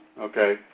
Okay